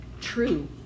true